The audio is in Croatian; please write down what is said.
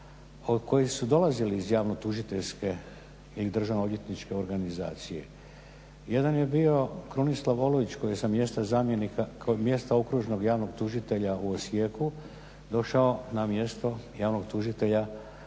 koji su dolazili iz javno-tužiteljske ili državno odvjetničke organizacije. Jedan je bio Krunoslav Olujić koji je sa mjesta zamjenika, mjesta okružnog javnog tužitelja u Osijeku došao na mjesto javnog tužitelja